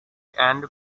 and